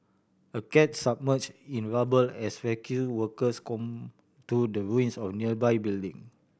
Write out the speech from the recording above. a car submerge in rubble as rescue workers comb through the ruins of nearby building